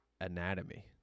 anatomy